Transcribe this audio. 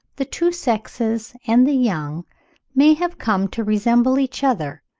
the two sexes and the young may have come to resemble each other,